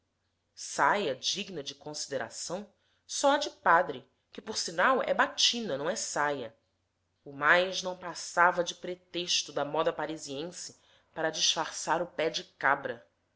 saia digna de consideração só a de padre que por sinal é batina não é saia o mais não passava de pretexto da moda parisiense para disfarçar o pé de cabra